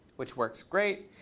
which works great.